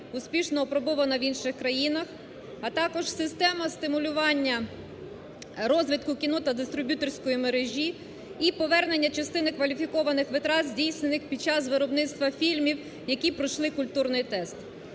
успішно апробовано в інших країнах, а також система стимулювання розвитку кіно та дистриб'юторської мережі і повернення частини кваліфікованих витрат, здійснених під час виробництва фільмів, які пройшли культурний тест.